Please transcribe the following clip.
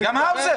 וגם האוזר.